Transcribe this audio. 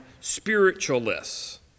spiritualists